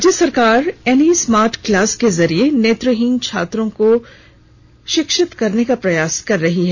राज्य सरकार एनी स्मार्ट क्लास के जरिये नेत्रहीन छात्रों को शिक्षित करने का प्रयास कर रही है